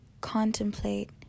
contemplate